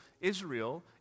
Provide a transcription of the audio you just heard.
Israel